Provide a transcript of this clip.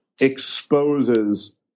exposes